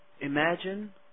imagine